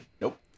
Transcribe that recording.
Nope